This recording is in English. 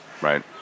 Right